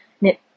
knit